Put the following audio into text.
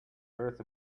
earth